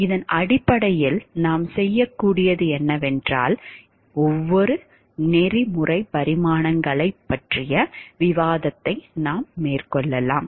இதன் அடிப்படையில் நாம் செய்யக்கூடியது என்னவென்றால் வெவ்வேறு நெறிமுறை பரிமாணங்களைப் பற்றிய விவாதத்தை நாம் மேற்கொள்ளலாம்